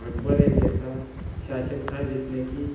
अकबर एक ऐसा शासक था जिसने की